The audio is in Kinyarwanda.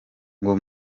ngo